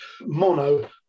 mono